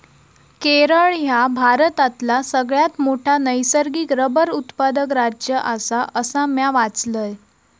केरळ ह्या भारतातला सगळ्यात मोठा नैसर्गिक रबर उत्पादक राज्य आसा, असा म्या वाचलंय